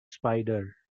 spider